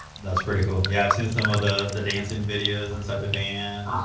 that's pretty cool. we have seen some of the the dancing videos inside the van.